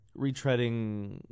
retreading